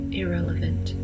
irrelevant